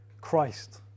Christ